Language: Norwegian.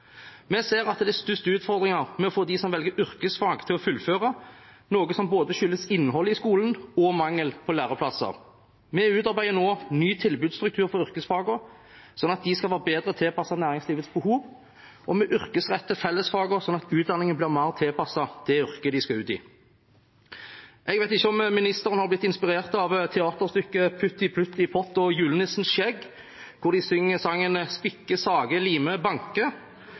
Vi ser at det er størst utfordringer med å få dem som velger yrkesfag, til å fullføre, noe som skyldes både innholdet i skolen og mangel på læreplasser. Vi utarbeider nå en ny tilbudsstruktur for yrkesfagene, sånn at de skal være bedre tilpasset næringslivets behov, og vi yrkesretter fellesfagene sånn at utdanningen blir mer tilpasset det yrket man skal ut i. Jeg vet ikke om ministeren har blitt inspirert av teaterstykket «Putti Plutti Pott» og «Julenissens skjegg», hvor de